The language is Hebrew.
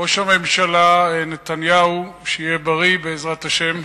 ראש הממשלה נתניהו, שיהיה בריא בעזרת השם,